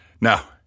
Now